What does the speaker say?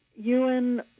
Ewan